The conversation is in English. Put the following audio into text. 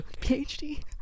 PhD